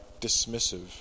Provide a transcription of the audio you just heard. dismissive